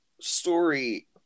story